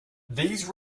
these